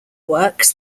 works